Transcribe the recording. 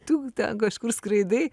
tu ten kažkur skraidai